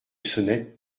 sonnette